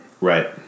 Right